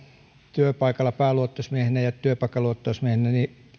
työpaikalla pääluottamusmiehenä ja työpaikan luottamusmiehenä